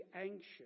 anxious